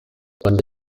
cuando